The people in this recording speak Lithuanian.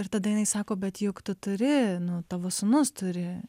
ir tada jinai sako bet juk tu turi nu tavo sūnus turi